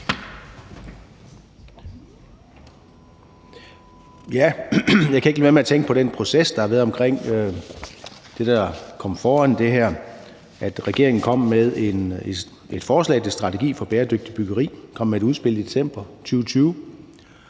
Jeg kan ikke lade være med at tænke på den proces, der har været omkring det, der kom før det her. Regeringen kom med et forslag til strategi for bæredygtigt byggeri i december 2020,